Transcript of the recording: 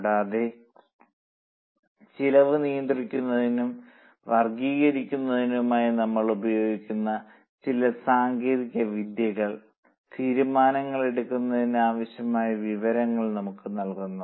കൂടാതെ ചെലവ് നിയന്ത്രിക്കുന്നതിനും വർഗ്ഗീകരിക്കുന്നതിനുമായി നമ്മൾ ഉപയോഗിക്കുന്ന ചില സാങ്കേതിക വിദ്യകൾ തീരുമാനങ്ങൾ എടുക്കുന്നതിനു ആവശ്യമായ വിവരങ്ങൾ നമുക്ക് നൽകുന്നു